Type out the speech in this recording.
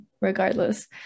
regardless